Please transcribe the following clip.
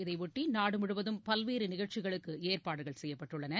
இதனையொட்டி நாடு முழுவதும் பல்வேறு நிகழ்ச்சிகளுக்கு ஏற்பாடுகள் செய்யப்பட்டுள்ளன